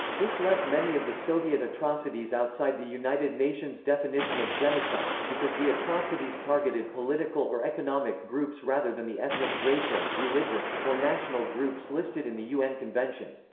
this left many of the soviet atrocities outside the united nations definition of genocide, because the atrocities targeted political or economic groups rather than the ethnic, racial, religious, or national groups listed in the un convention.